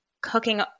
cooking